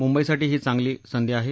मुंबईसाठी ही चांगली संधी आहे